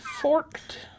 forked